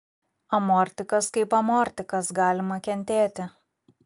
amortikas kaip amortikas galima kentėti